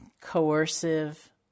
coercive